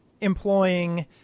employing